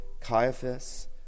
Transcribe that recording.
Caiaphas